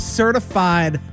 certified